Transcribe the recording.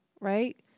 right